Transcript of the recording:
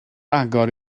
agor